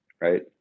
Right